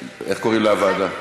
איך קוראים לוועדה?